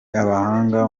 abahanga